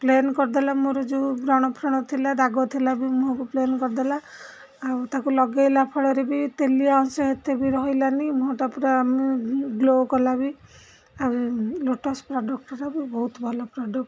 plain କରିଦେଲା ମୋର ଯେଉଁ ବ୍ରଣ ଫ୍ରଣ ଥିଲା ଦାଗ ଥିଲା ବି ମୁହଁକୁ ପ୍ଲେନ୍ କରିଦେଲା ଆଉ ତାକୁ ଲଗେଇଲା ଫଳରେ ବି ତେଲିଆ ଅଂଶ ଏତେ ବି ରହିଲାନି ମୁହଁଟା ପୁରା ଆମେ ଗ୍ଲୋ କଲା ବି ଆଉ ଲୋଟସ୍ ପ୍ରଡ଼କ୍ଟ୍ର ବି ବହୁତ ଭଲ ପ୍ରଡ଼କ୍ଟ୍